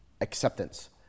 acceptance